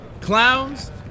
clowns